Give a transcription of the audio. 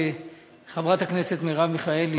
חברת הכנסת מרב מיכאלי,